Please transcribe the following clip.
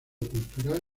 cultural